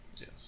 Yes